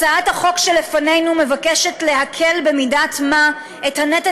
הצעת החוק שלפנינו מבקשת להקל במידת מה את הנטל